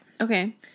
Okay